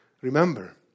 Remember